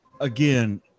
again